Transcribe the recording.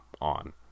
on